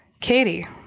katie